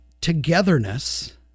togetherness